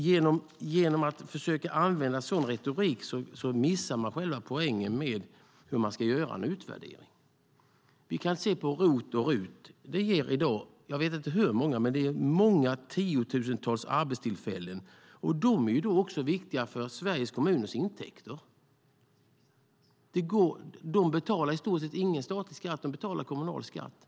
Genom att försöka använda sådan här retorik missar man själva poängen med hur en utvärdering ska göras. Vi kan se på ROT och RUT. Det ger i dag jag vet inte hur många tiotusentals arbetstillfällen. De är viktiga för Sveriges kommuners intäkter. De som berörs betalar i stort sett ingen statlig skatt, utan bara kommunalskatt.